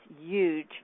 huge